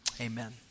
amen